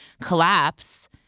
collapse